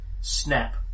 Snap